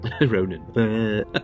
Ronan